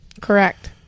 Correct